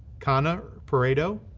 connor peredo,